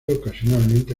ocasionalmente